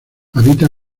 habita